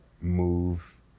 move